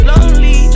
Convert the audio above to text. Lonely